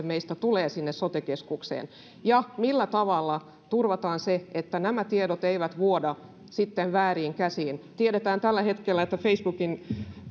meistä tulee sinne sote keskukseen ja millä tavalla turvataan se että nämä tiedot eivät vuoda sitten vääriin käsiin tällä hetkellä tiedetään että facebookin